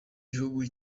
gihugu